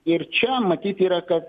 ir čia matyt yra kad